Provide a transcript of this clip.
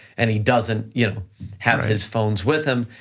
and he doesn't you know have his phones with him,